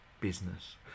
business